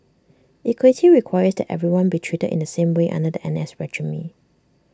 equity requires that everyone be treated in the same way under the N S regime